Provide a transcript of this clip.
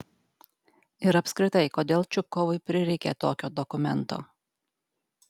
ir apskritai kodėl čupkovui prireikė tokio dokumento